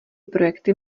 projekty